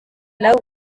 nawe